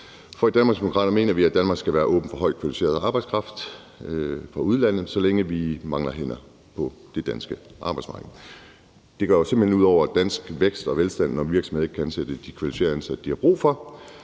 For i Danmarksdemokraterne mener vi, at Danmark skal være åbent for højtkvalificeret arbejdskraft fra udlandet, så længe vi mangler hænder på det danske arbejdsmarked. Det går jo simpelt hen ud over dansk vækst og velstand, når virksomheder ikke kan ansætte de kvalificerede ansatte, de har brug for,